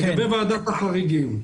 לגבי ועדת החריגים.